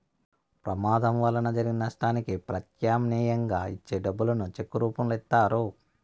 ప్రమాదం వలన జరిగిన నష్టానికి ప్రత్యామ్నాయంగా ఇచ్చే డబ్బులను చెక్కుల రూపంలో ఇత్తారు